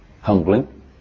humbling